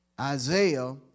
Isaiah